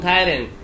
Titan